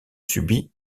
subit